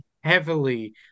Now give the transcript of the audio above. heavily